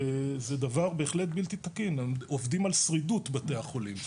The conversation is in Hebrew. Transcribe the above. וזה דבר בהחלט בלתי תקין עובדים על שרידות בתי החולים.